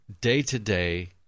day-to-day